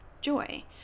joy